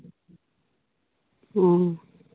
অঁ